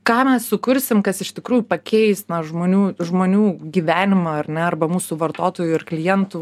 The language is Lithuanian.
ką mes sukursim kas iš tikrųjų pakeis na žmonių žmonių gyvenimą ar ne arba mūsų vartotojų ir klientų